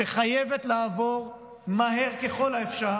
שחייבת לעבור מהר ככל האפשר,